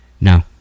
No